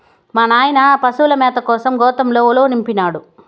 మా నాయన పశుల మేత కోసం గోతంతో ఉలవనిపినాడు